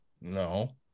No